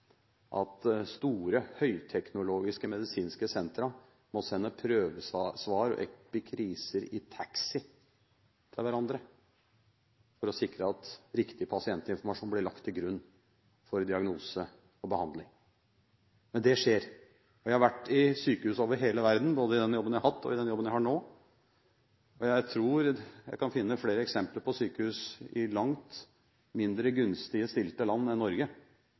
at store, høyteknologiske medisinske sentra må sende prøvesvar og epikriser i taxi til hverandre for å sikre at riktig pasientinformasjon blir lagt til grunn for diagnose og behandling – men det skjer. Jeg har vært i sykehus over hele verden, både i den jobben jeg har hatt, og i den jeg har nå, og jeg tror jeg kan finne flere eksempler på sykehus i langt mindre gunstig stilte land enn Norge